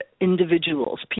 individuals